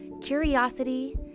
curiosity